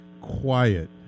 quiet